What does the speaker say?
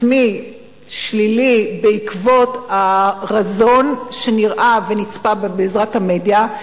עצמי שלילי בעקבות הרזון שנראה ונצפה בעזרת המדיה,